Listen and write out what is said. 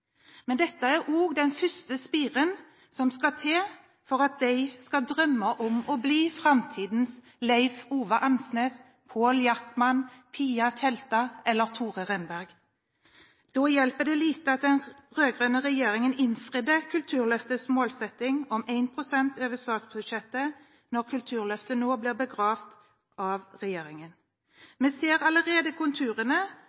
Men dette er også den første spiren som skal til for at de skal drømme om å bli framtidens Leif Ove Andsnes, Pål Jackman, Pia Tjelta eller Tore Renberg. Det hjelper lite at den rød-grønne regjeringen innfridde Kulturløftets målsetting om 1 pst. over statsbudsjettet når Kulturløftet nå blir begravet av